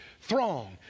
throng